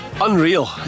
Unreal